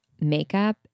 makeup